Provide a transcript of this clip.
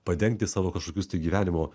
padengti savo kažkokius tai gyvenimo